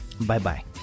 Bye-bye